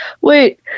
wait